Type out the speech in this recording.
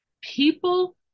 People